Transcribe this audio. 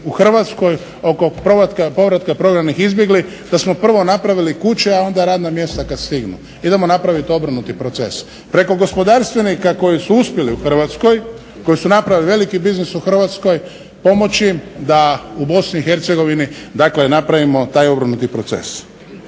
u Hrvatskoj oko povratka prognanih i izbjeglih, da smo prvo napravili kuće a onda radna mjesta kad stignu. Idemo napravit obrnuti proces, preko gospodarstvenika koji su uspjeli u Hrvatskoj, koji su napravili veliki biznis u Hrvatskoj pomoći da u Bosni i Hercegovini napravimo taj obrnuti proces.